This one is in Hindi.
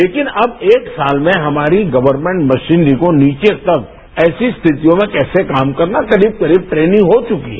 लेकिन अब एक साल में हमारी गवर्नमेंट मशीनरी को नीचे तक ऐसी स्थितियों में कैसे काम करना करीब करीब ट्रेनिंग हो चुकी है